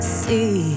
see